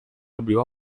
abriu